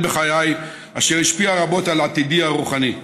בחיי אשר השפיע רבות על עתידי הרוחני.